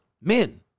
men